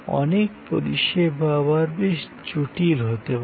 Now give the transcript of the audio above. অনেক পরিষেবা আবার বেশ জটিল হতে পারে